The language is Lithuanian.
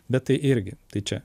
bet tai irgi tai čia